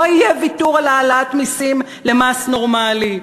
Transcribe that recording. לא יהיה ויתור על העלאת מסים למס נורמלי.